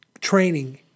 training